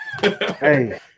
Hey